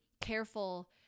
careful